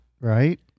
Right